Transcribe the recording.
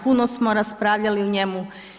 Puno smo raspravljali o njemu.